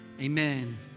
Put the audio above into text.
amen